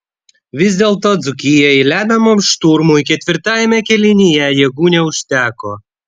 vis dėlto dzūkijai lemiamam šturmui ketvirtajame kėlinyje jėgų neužteko